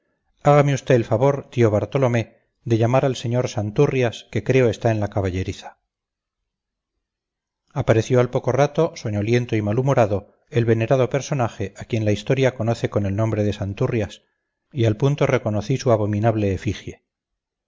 hágame usted el favor tío bartolomé de llamar al señor santurrias que creo está en la caballeriza apareció al poco rato soñoliento y malhumorado el venerado personaje a quien la historia conoce con el nombre de santurrias y al punto reconocí su abominable